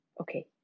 Okay